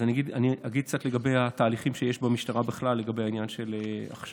אז אני אגיד קצת לגבי התהליכים שיש במשטרה בכלל לגבי העניין של ההכשרה.